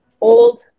old